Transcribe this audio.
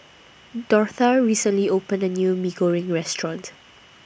Dortha recently opened A New Mee Goreng Restaurant